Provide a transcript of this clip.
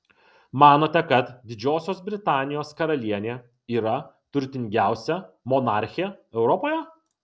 manote kad didžiosios britanijos karalienė yra turtingiausia monarchė europoje